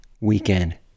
weekend